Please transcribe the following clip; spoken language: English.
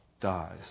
dies